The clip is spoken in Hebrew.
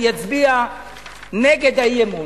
אני אצביע נגד האי-אמון,